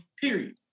Period